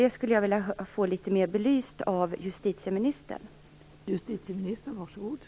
Detta skulle jag vilja få mer belyst.